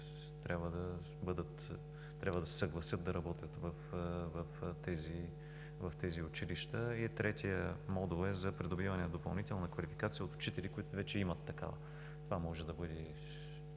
трябва да се съгласят да работят в тези училища. Третият модул е за придобиване на допълнителна квалификация от учители, които вече имат такава. Това е необходимо